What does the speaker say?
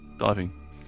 diving